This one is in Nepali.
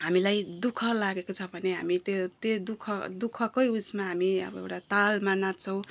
हामीलाई दुःख लागेको छ भने हामी त्यो त्यो दुःख दुःखकै उसमा हामी अब एउटा तालमा नाच्छौँ